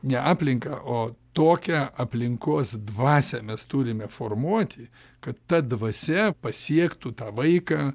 ne aplinką o tokią aplinkos dvasią mes turime formuoti kad ta dvasia pasiektų tą vaiką